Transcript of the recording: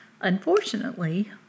unfortunately